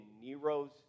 Nero's